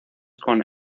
con